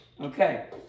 Okay